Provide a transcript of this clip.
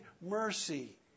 mercy